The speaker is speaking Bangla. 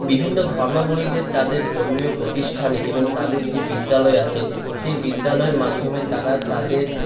বিভিন্ন ধর্মাবলীদের তাদের ধর্মীয় প্রতিষ্ঠানে এবং তাদের যে বিদ্যালয় আছে সেই বিদ্যালয়ের মাধ্যমে তারা তাদের